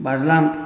बारलां